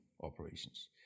operations